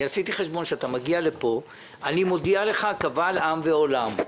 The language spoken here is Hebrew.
עשיתי חשבון שאתה מגיע לפה ואני מודיע לך קבל עם ועולם: